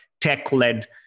tech-led